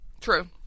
True